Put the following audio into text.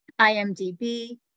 IMDb